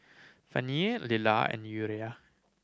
Fannye Lilah and Uriah